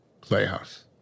Playhouse